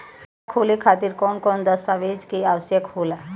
खाता खोले खातिर कौन कौन दस्तावेज के आवश्यक होला?